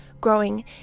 growing